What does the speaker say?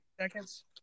seconds